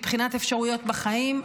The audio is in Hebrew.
מבחינת אפשרויות בחיים,